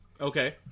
Okay